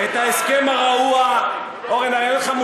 אין לך בושה לשקר פעם אחר פעם.